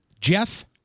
Jeff